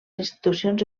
institucions